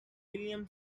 william